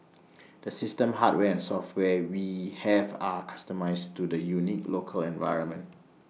the system hardware and software we have are customised to the unique local environment